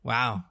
Wow